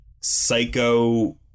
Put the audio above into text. psycho